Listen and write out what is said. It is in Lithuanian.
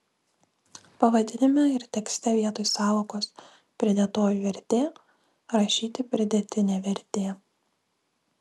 pavadinime ir tekste vietoj sąvokos pridėtoji vertė rašyti pridėtinė vertė